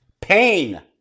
Pain